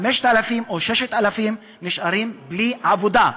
5,000 או 6,000 נשארים בלי עבודה.